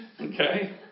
Okay